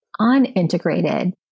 unintegrated